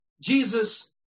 Jesus